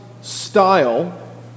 style